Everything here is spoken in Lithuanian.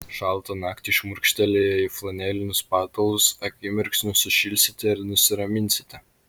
šaltą naktį šmurkštelėję į flanelinius patalus akimirksniu sušilsite ir nusiraminsite